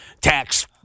tax –